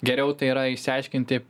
geriau tai yra išsiaiškinti